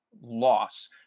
loss